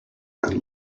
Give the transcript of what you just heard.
and